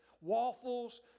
waffles